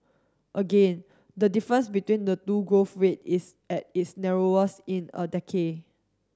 again the difference between the two growth rate is at its narrowest in a decade